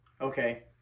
okay